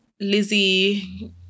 lizzie